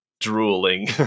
drooling